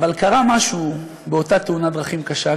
אבל קרה משהו באותה תאונת דרכים קשה,